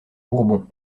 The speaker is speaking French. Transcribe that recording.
bourbons